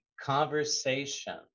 conversation